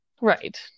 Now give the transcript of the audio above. Right